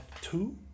two